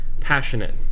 passionate